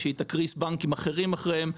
שהיא תקריס בנקים אחרים אחריהם.